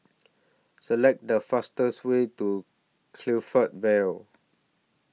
Select The fastest Way to Clifton Vale